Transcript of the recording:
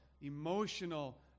emotional